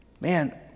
man